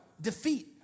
defeat